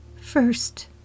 First